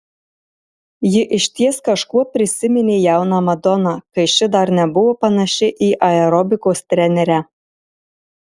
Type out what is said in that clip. ji išties kažkuo prisiminė jauną madoną kai ši dar nebuvo panaši į aerobikos trenerę